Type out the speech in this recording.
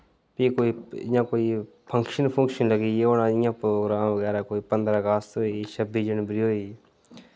फ्ही कोई इ'यां कोई फंक्शन फुंक्शन लगी पे होना इ'यां प्रोग्राम बगैरा कोई पंदरां अगस्त होई छब्बी जनबरी होई